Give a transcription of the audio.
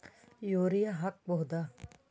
Urea ಹಾಕ್ ಬಹುದ?